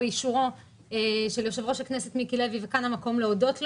באישורו של יושב-ראש הכנסת מיקי לוי שכאן המקום להודות לו,